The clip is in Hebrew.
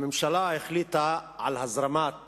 הממשלה החליטה על הזרמת